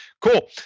Cool